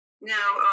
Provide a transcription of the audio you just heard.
now